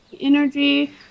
energy